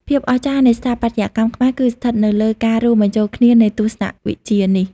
ភាពអស្ចារ្យ នៃស្ថាបត្យកម្មខ្មែរគឺស្ថិតនៅលើការរួមបញ្ចូលគ្នានៃទស្សនវិជ្ជានេះ។